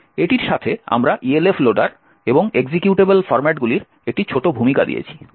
এটির সাথে আমরা ELF লোডার এবং এক্সিকিউটেবল ফরম্যাটগুলির একটি ছোট ভূমিকা দিয়েছি